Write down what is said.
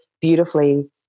beautifully